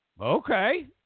Okay